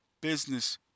business